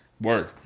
Word